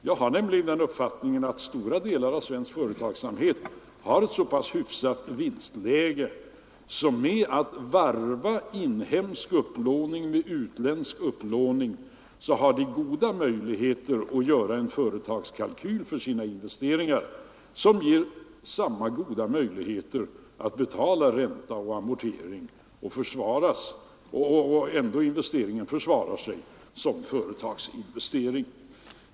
Jag har nämligen den uppfattningen att stora delar av svensk företagsamhet har ett så pass hyfsat vinstläge att de genom att varva inhemsk upplåning med utländsk upplåning har stora chanser att göra en företagskalkyl för sina investeringar som ger goda möjligheter att betala ränta och amortering; investeringen försvarar sig ändå som företagsinvestering.